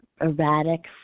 erratic